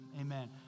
amen